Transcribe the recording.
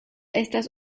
estas